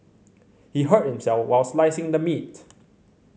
he hurt himself while slicing the meat